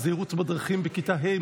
הזהירות בדרכים בכיתה ה',